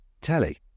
telly